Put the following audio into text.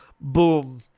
boom